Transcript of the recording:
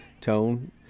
tone